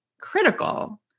critical